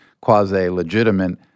quasi-legitimate